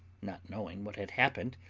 not knowing what had happened,